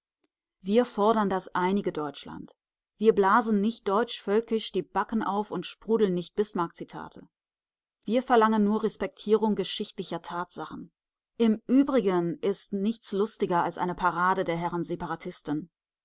wir fordern das einige deutschland wir blasen nicht deutschvölkisch die backen auf und sprudeln nicht bismarckzitate wir verlangen nur respektierung geschichtlicher tatsachen im übrigen ist nichts lustiger als eine parade der herren separatisten